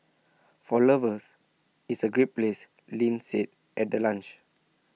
for lovers it's A great place Lin said at the launch